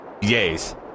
Yes